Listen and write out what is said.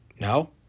No